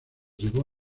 llevó